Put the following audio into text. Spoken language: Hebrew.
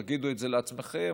תגידו את זה לעצמכם,